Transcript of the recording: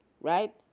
right